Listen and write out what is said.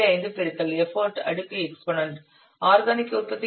5 பெருக்கல் எஃபர்ட் அடுக்கு exponent organic உற்பத்திக்கான அடுக்கு 0